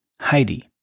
Heidi